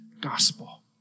gospel